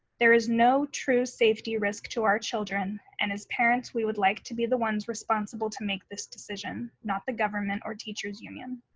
there is no true safety risk to our children and as parents, we would like to be the ones responsible to make this decision, not the government or teacher's union.